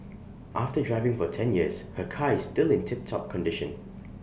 after driving for ten years her car is still in tiptop condition